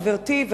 חברתי,